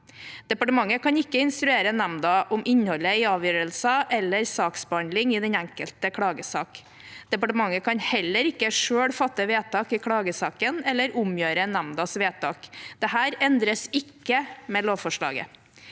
Departementet kan ikke instruere nemnda om innholdet i avgjørelser eller saksbehandling i den enkelte klagesak. Departementet kan heller ikke selv fatte vedtak i klagesaken eller omgjøre nemndas vedtak. Dette endres ikke med lovforslaget.